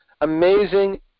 amazing